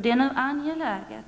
Det är därför angeläget